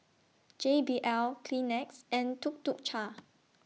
J B L Kleenex and Tuk Tuk Cha